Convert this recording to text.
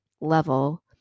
level